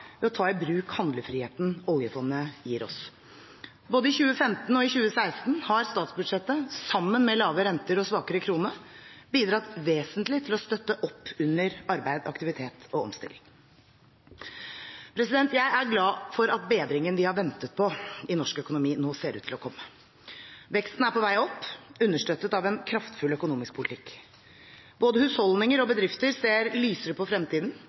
ved å ta i bruk handlefriheten oljefondet gir oss. Både i 2015 og 2016 har statsbudsjettet, sammen med lave renter og svakere krone, bidratt vesentlig til å støtte opp under arbeid, aktivitet og omstilling. Jeg er glad for at bedringen vi har ventet på i norsk økonomi, nå ser ut til å komme. Veksten er på vei opp, understøttet av en kraftfull økonomisk politikk. Både husholdninger og bedrifter ser lysere på fremtiden,